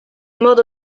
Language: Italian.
modo